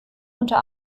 unter